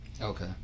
okay